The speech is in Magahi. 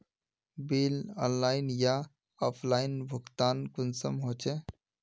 बिल ऑनलाइन आर ऑफलाइन भुगतान कुंसम होचे?